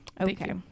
Okay